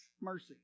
Mercy